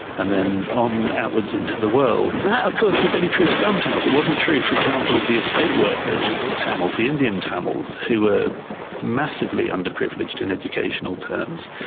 and then on outwards into the world. that of course was only true of some tamils, it wasn't true, for example, of the estate worker tamils, the indian tamils, who were massively underprivileged in educational terms.